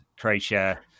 Croatia